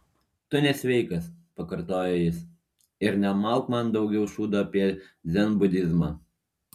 tu nesveikas pakartojo jis ir nemalk man daugiau šūdo apie dzenbudizmą